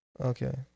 Okay